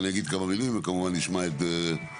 אני אגיד כמה מילים וכמובן נשמע את השלטון